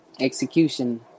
execution